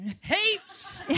heaps